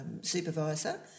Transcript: supervisor